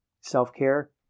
self-care